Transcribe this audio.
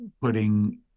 putting